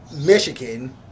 Michigan